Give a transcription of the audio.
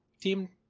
team